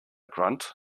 grunt